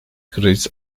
kriz